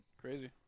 Crazy